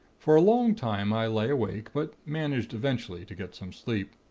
for a long time i lay awake but managed eventually to get some sleep.